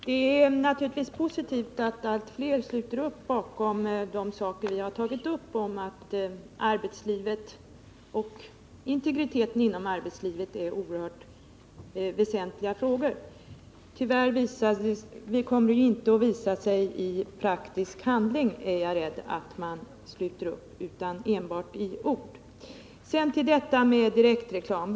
Herr talman! Det är naturligtvis positivt att allt fler sluter upp och instämmer i att arbetslivet och integriteten inom detta är oerhört väsentliga frågor. Jag är emellertid rädd för att det inte kommer att visa sig i praktisk handling utan att det enbart blir ord. Sedan till direktreklamen.